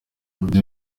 ibyo